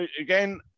again